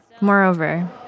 Moreover